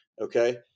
Okay